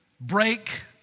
break